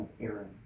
Aaron